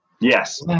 Yes